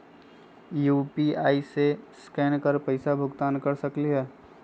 UPI से scan कर पईसा भुगतान कर सकलीहल?